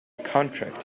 contract